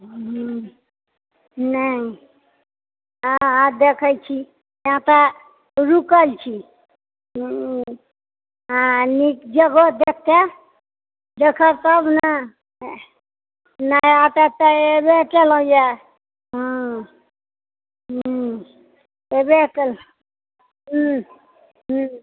हूँ नहि आ आ देखैत छी तैँ तऽ रूकल छी हुँ आ नीक जगह देखिके देखब तब ने ना एतऽ तऽ एब केलहुँ यऽहाँ हूँ एबे केल हूँ हूँ